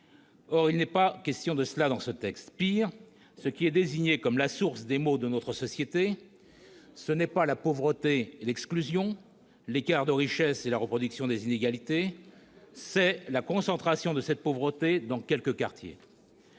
Or il n'est pas question de cela dans ce texte. Pis, ce qui est désigné comme la source des maux de notre société, ce n'est pas la pauvreté et l'exclusion, les écarts de richesse et la reproduction des inégalités : c'est la concentration de cette pauvreté dans quelques quartiers.